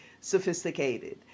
sophisticated